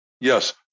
Yes